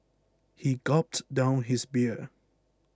he gulped down his beer